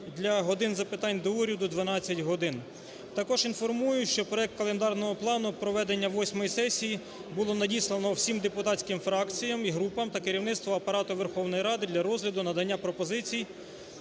для "годин запитань до Уряду" – 12 годин. Також інформую, що проект календарного плану проведення восьмої сесії було надіслано всім депутатським фракціям і групам та керівництву Апарату Верховної Ради для розгляду, надання пропозицій.